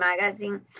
magazine